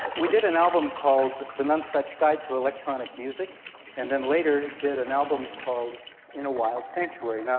we did an album called the nonesuch guide to electronic music and then later did an album called in a wild sanctuary. you know